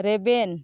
ᱨᱮᱵᱮᱱ